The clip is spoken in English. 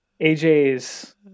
aj's